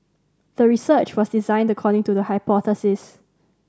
the research was designed according to the hypothesis